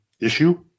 issue